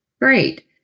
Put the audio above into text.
Great